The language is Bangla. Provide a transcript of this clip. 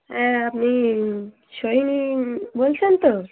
হ্যাঁ আপনি সোহিনী বলছেন তো